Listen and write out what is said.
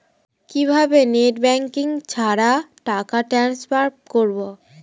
কিভাবে net banking ছাড়া টাকা টান্সফার করব?